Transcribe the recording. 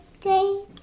day